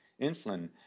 insulin